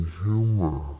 humor